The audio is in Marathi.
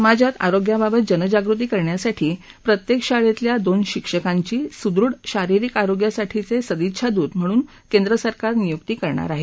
समाजात आरोग्याबाबत जनजागृती करण्यासाठी प्रत्येक शाळेतल्या दोन शिक्षकांची सुदृढ शारिरीक आरोग्यासाठीचे सदिच्छादूत म्हणून केंद्र सरकार नियुक्ती करणार आहे